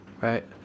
right